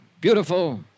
beautiful